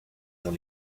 dans